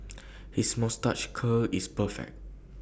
his moustache curl is perfect